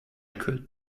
could